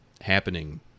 happening